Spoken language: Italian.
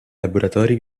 laboratori